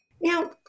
Now